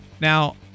Now